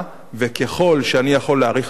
וככל שאני יכול להעריך עכשיו,